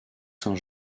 saint